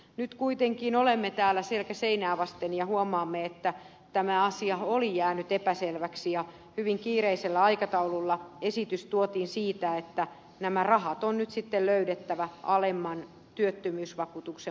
nyt kuitenkin olemme täällä selkä seinää vasten ja huomaamme että tämä asia oli jäänyt epäselväksi ja hyvin kiireisellä aikataululla esitys tuotiin siitä että nämä rahat on nyt sitten löydettävä alemman työttömyysvakuutuksen maksamisen kautta